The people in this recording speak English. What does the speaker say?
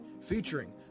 featuring